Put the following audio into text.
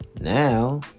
Now